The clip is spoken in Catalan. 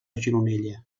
gironella